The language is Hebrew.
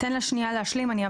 תן לה להשלים את